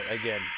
Again